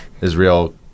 Israel